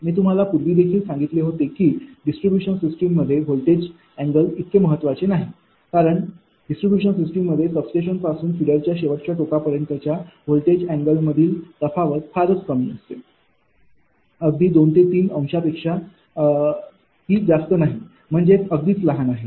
मी तुम्हाला पूर्वी देखील सांगितले होते की डिस्ट्रीब्यूशन सिस्टीम मध्ये व्होल्टेज अँगल इतके महत्त्वाचे नाही कारण डिस्ट्रीब्यूशन सिस्टीममध्ये सबस्टेशनपासून फीडरच्या शेवटच्या टोकापर्यंतच्या व्होल्टेज अँगलमधील तफावत फारच कमी असते 2 ते 3 अंशांपेक्षा जास्त नाही म्हणजेच अगदीच लहान आहे